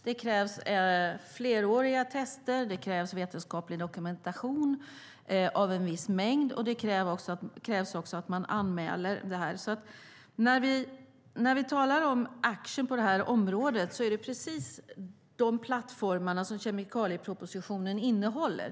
Det krävs fleråriga tester och vetenskaplig dokumentation av en viss mängd. Det krävs också att man anmäler det här. Det talas om action på det här området, och det är sådana plattformar kemikaliepropositionen innehåller.